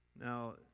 Now